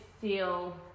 feel